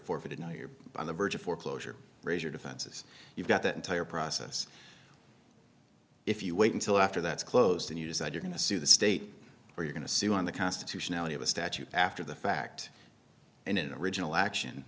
forfeited now you're on the verge of foreclosure raise your defenses you've got that entire process if you wait until after that's closed and you decide you're going to sue the state are you going to sue on the constitutionality of a statute after the fact in the original action